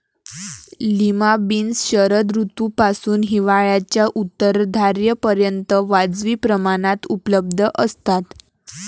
lima beans शरद ऋतूपासून हिवाळ्याच्या उत्तरार्धापर्यंत वाजवी प्रमाणात उपलब्ध असतात